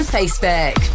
Facebook